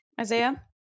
Isaiah